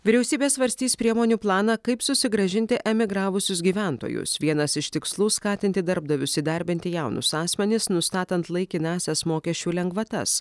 vyriausybė svarstys priemonių planą kaip susigrąžinti emigravusius gyventojus vienas iš tikslų skatinti darbdavius įdarbinti jaunus asmenis nustatant laikinąsias mokesčių lengvatas